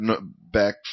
back